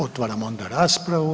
Otvaram onda raspravu.